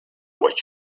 what